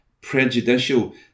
prejudicial